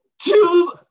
Choose